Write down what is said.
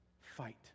fight